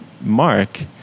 Mark